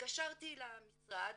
התקשרתי למשרד,